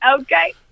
okay